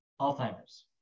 Alzheimer's